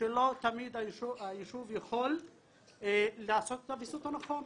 שלא תמיד היישוב יכול לעשות את הוויסות הנכון.